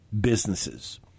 businesses